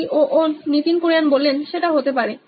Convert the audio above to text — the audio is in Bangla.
Nitin Kurian C O O নোইন ইলেকট্রনিক্স সেটা হতে পারে